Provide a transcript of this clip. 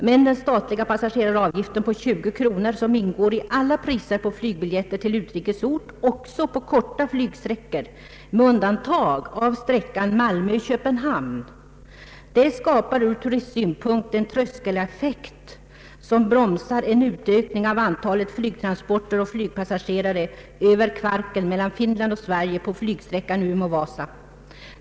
Men den statliga passageraravgift på 20 kronor som ingår i alla priser på flygbiljetter till utrikes ort, också på korta flygsträckor med undantag av sträckan Malmö—Köpenhamn, skapar från turistsynpunkt en tröskeleffekt som bromsar en utökning av antalet flygtransporter och flygpassagerare över Kvarken mellan Sverige och Finland på flygsträckan Umeå—Vasa.